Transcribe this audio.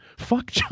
Fuck